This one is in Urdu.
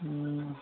ہوں